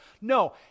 No